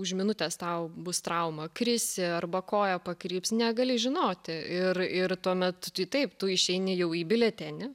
už minutės tau bus trauma krisi arba koja pakryps negali žinoti ir ir tuomet taip tu išeini jau į biletenį